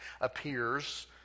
appears